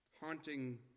haunting